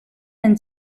and